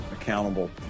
accountable